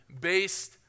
based